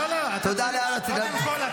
קודם כול,